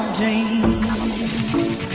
dreams